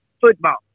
football